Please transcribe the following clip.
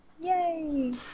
Yay